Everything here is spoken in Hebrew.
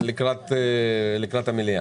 בגלל המחירים.